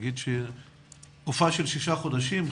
נגיד תקופה של שישה חודשים,